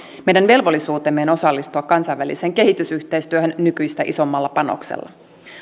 meidän velvollisuutemme on osallistua kansainväliseen kehitysyhteistyöhön nykyistä isommalla panoksella